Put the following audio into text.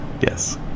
yes